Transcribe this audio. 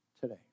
today